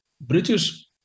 British